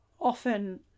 often